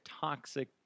toxic